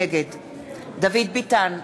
נגד דוד ביטן,